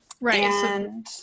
Right